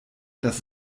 das